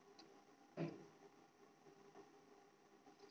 अगर जेतना के किस्त बैक बाँधबे ओकर कम करावे ल चाहबै तब कैसे होतै?